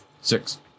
six